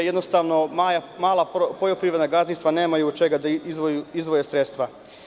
Jednostavno, mala poljoprivredna gazdinstva nemaju od čega da izdvoje sredstva.